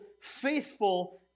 faithful